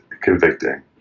convicting